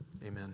amen